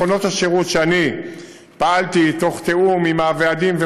מכונות השירות שאני הפעלתי תוך תיאום עם הוועדים,